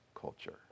culture